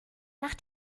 nach